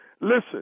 Listen